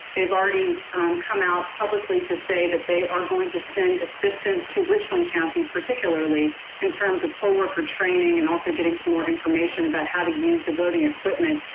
they've already come out publicly to say that they are going to send assistance to richland county, particularly in terms of poll worker training and also getting some more information about how to use the voting equipment,